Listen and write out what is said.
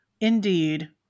Indeed